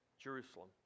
Jerusalem